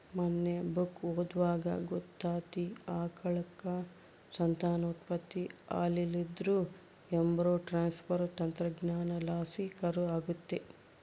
ಮನ್ನೆ ಬುಕ್ಕ ಓದ್ವಾಗ ಗೊತ್ತಾತಿ, ಆಕಳುಕ್ಕ ಸಂತಾನೋತ್ಪತ್ತಿ ಆಲಿಲ್ಲುದ್ರ ಎಂಬ್ರೋ ಟ್ರಾನ್ಸ್ಪರ್ ತಂತ್ರಜ್ಞಾನಲಾಸಿ ಕರು ಆಗತ್ತೆ